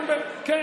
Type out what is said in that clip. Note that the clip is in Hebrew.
שפה יפה?